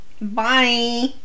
Bye